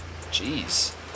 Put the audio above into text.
Jeez